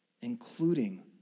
including